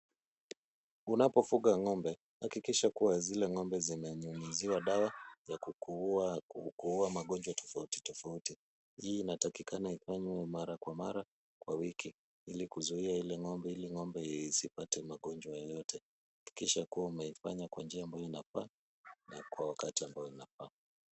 Unapofuga ng'ombe hakikisha kuwa zile ng'ombe zimenyunyuziwa dawa ya kuua magonjwa tofauti tofauti, hii inatakikana ifanywe mara kwa mara kwa wiki ili kuzuia ng'ombe isipate magonjwa yoyote, hakikisha kuwa umeifanya kwa njia ambayo inafaa na kwa wakati ambao unaofaa.